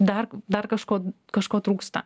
dar dar kažko kažko trūksta